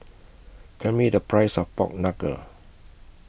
Tell Me The Price of Pork Knuckle